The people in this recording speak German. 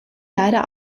leider